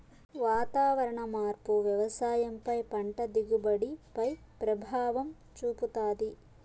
వాతావరణ మార్పు వ్యవసాయం పై పంట దిగుబడి పై ప్రభావం చూపుతాది